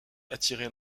attirer